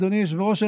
אדוני היושב-ראש,